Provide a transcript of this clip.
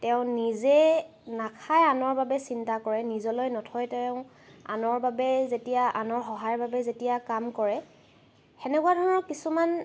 তেওঁ নিজে নাখাই আনৰ বাবে চিন্তা কৰে নিজলৈ নথয় তেওঁ আনৰ বাবেই যেতিয়া আনৰ সহায়ৰ বাবে যেতিয়া কাম কৰে তেনেকুৱা ধৰণৰ কিছুমান